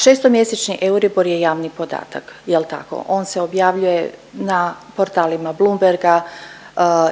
šestomjesečni Euribor je javni podatak, je li tako? On se objavljuje na portalima Bloomberga